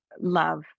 love